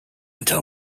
until